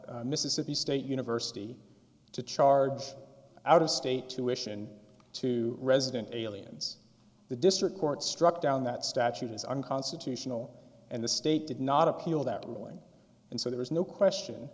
d mississippi state university to charge out of state tuition to resident aliens the district court struck down that statute is unconstitutional and the state did not appeal that ruling and so there is no question